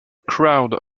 crowd